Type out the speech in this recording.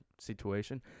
situation